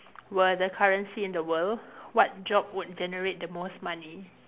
were the currency in the world what job would generate the most money